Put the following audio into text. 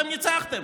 אתם ניצחתם.